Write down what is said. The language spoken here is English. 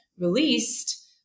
released